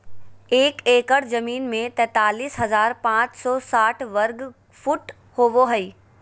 एक एकड़ जमीन में तैंतालीस हजार पांच सौ साठ वर्ग फुट होबो हइ